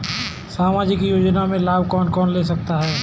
सामाजिक योजना का लाभ कौन कौन ले सकता है?